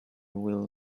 will